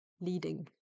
leading